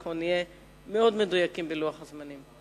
אנחנו נהיה מאוד מדויקים בלוח הזמנים.